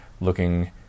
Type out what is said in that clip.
looking